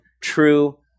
true